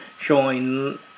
Showing